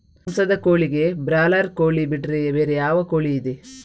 ಮಾಂಸದ ಕೋಳಿಗೆ ಬ್ರಾಲರ್ ಕೋಳಿ ಬಿಟ್ರೆ ಬೇರೆ ಯಾವ ಕೋಳಿಯಿದೆ?